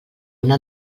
una